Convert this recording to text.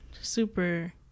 super